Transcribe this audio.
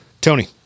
Tony